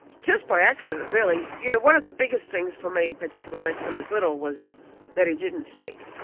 just by accident really. you know, one of the biggest things for me, particularly when tim was little, was that he didn't speak.